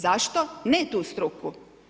Zašto ne tu struku?